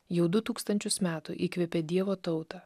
jau du tūkstančius metų įkvėpė dievo tautą